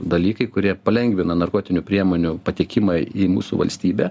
dalykai kurie palengvina narkotinių priemonių patekimą į mūsų valstybę